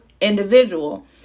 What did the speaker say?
individual